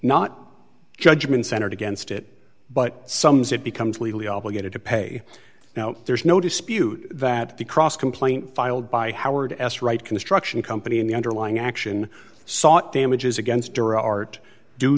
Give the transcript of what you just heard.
not judgments entered against it but sometimes it becomes legally obligated to pay now there's no dispute that the cross complaint filed by howard s right construction company in the underlying action sought damages against dura art due